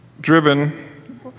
driven